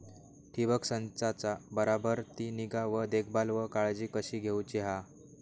ठिबक संचाचा बराबर ती निगा व देखभाल व काळजी कशी घेऊची हा?